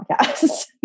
podcast